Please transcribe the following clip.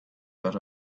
dot